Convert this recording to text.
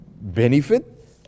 benefit